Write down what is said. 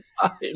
time